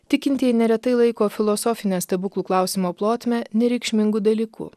tikintieji neretai laiko filosofinę stebuklų klausimo plotmę nereikšmingu dalyku